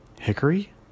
hickory